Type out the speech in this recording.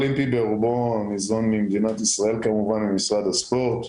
ברובו ניזון ממדינת ישראל, ממשרד הספורט.